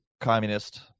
communist